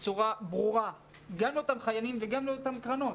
בצורה ברורה גם לאותם חיילים, גם לאותן קרנות